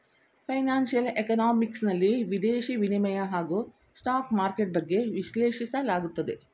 financial economics ನಲ್ಲಿ ವಿದೇಶಿ ವಿನಿಮಯ ಹಾಗೂ ಸ್ಟಾಕ್ ಮಾರ್ಕೆಟ್ ಬಗ್ಗೆ ವಿಶ್ಲೇಷಿಸಲಾಗುತ್ತದೆ